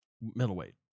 middleweight